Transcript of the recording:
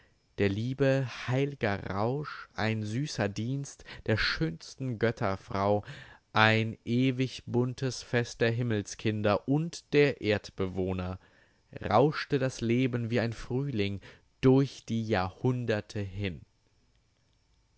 der liebe heil'ger rausch ein süßer dienst der schönsten götterfrau ein ewig buntes fest der himmelskinder und der erdbewohner rauschte das leben wie ein frühling durch die jahrhunderte hin